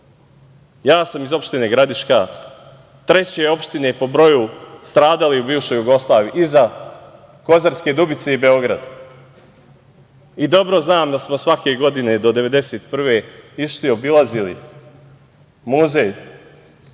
Ja sam iz opštine Gradiška, treće opštine po broju stradalih u bivšoj Jugoslaviji, iza Kozarske Dubice i Beograda. Dobro znam da smo svake godine do 1991. godine išli i obilazili Muzej